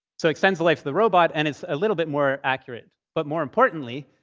so extends the life of the robot, and it's a little bit more accurate. but more importantly,